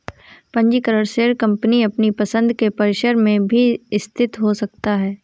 पंजीकृत share company अपनी पसंद के परिसर में भी स्थित हो सकता है